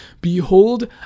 Behold